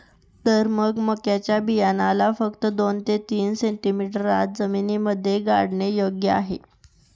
तर मग मक्याच्या बियाण्याला फक्त दोन ते तीन सेंटीमीटर आत जमिनीमध्ये गाडने योग्य आहे